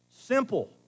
Simple